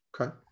Okay